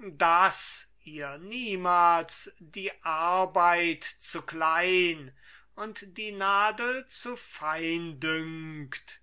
daß ihr niemals die arbeit zu klein und die nadel zu fein dünkt